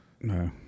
No